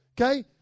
okay